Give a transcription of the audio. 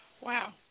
Wow